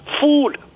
food